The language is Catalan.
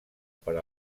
per